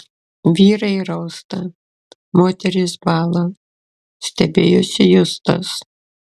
vyrai rausta moterys bąla stebėjosi justas